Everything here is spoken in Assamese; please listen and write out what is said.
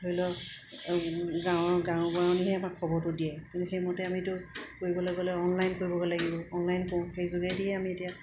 ধৰি লওক গাঁৱৰ গাঁওবুঢ়ানীয়েহে আমাক খবৰটো দিয়ে কিন্তু সেইমতে আমিতো কৰিবলৈ গ'লে অনলাইন কৰিবগৈ লাগিব অনলাইন কৰোঁ সেই যোগেদিয়ে আমি এতিয়া